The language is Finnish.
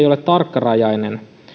ei ole tarkkarajainen